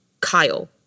kyle